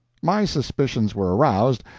my suspicions were aroused,